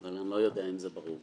אבל אני לא יודע אם זה ברור.